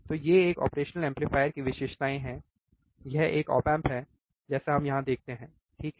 तो ये एक ऑपरेशनल एम्पलीफायर की विशेषताएँ हैं यह एक ऑप एम्प है जैसे हम यहां देखते हैं ठीक है